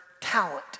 talent